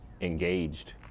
engaged